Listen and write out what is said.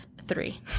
three